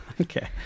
Okay